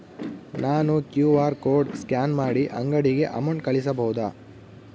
ನಾನು QR code scan ಮಾಡಿ ಅಂಗಡಿಗೆ ಅಮೌಂಟ್ ಕಳಿಸಬಹುದಾ?